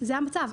זה המצב.